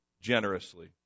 generously